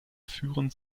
führen